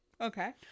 okay